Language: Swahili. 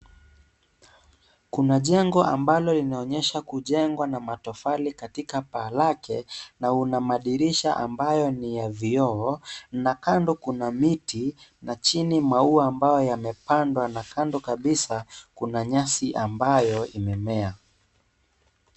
Kuna jengo ambalo linaonyesha kujengwa na matofali katika paa lake, na una madirisha ambayo ni ya vioo, na kando kuna miti na chini maua ambayo yamepandwa na kando kabisa kuna nyasi ambayo imeanza.